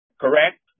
correct